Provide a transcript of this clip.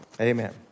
Amen